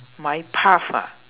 my path ah